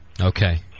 Okay